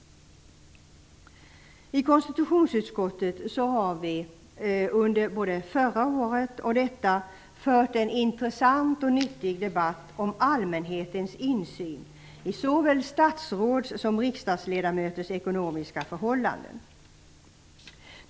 I konstitutionsutskottet har vi under både förra året och detta fört en intressant och nyttig debatt om allmänhetens insyn i såväl statsråds som riksdagsledamöters ekonomiska förhållanden.